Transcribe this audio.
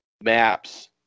maps